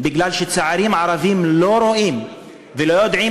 מכיוון שצעירים ערבים לא רואים ולא יודעים